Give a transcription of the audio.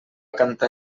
cantar